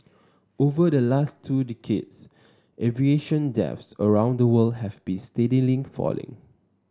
over the last two decades aviation deaths around the world have been steadily falling